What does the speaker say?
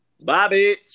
Bye